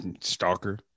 stalker